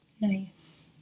Nice